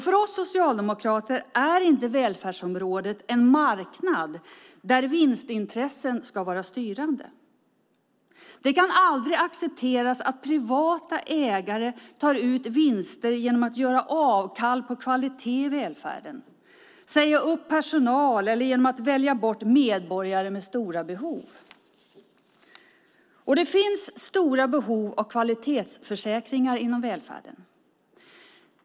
För oss socialdemokrater är inte välfärdsområdet en marknad där vinstintressen ska vara styrande. Det kan aldrig accepteras att privata ägare tar ut vinster genom att göra avkall på kvalitet i välfärden, säga upp personal eller välja bort medborgare med stora behov. Det finns stora behov av kvalitetsförsäkringar inom välfärden.